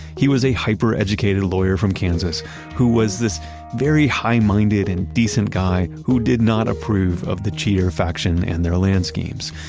he was a hyper-educated lawyer from kansas who was this very high-minded and decent guy who did not approve of the cheater faction and their land schemes.